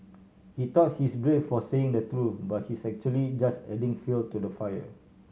he thought he is brave for saying the truth but he's actually just adding fuel to the fire